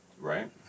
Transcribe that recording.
Right